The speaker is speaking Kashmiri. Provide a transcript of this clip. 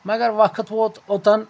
مگر وقت ووت اوٚتن